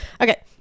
Okay